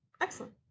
Excellent